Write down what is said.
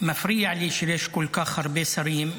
מפריע לי שיש כל כך הרבה שרים,